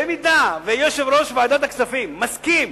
במידה שיושב-ראש ועדת הכספים מסכים